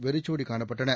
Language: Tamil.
வெறிச்சோடி காணப்பட்டன